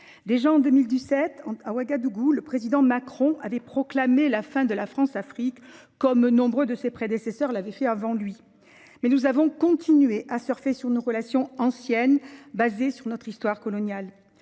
Déjà en 2017, à Ouagadougou, le président Macron avait proclamé la fin de la Françafrique, comme nombre de ses prédécesseurs l’avaient fait avant lui. Pourtant, nous avons continué à surfer sur nos relations anciennes, fondées sur notre histoire coloniale.